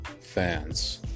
fans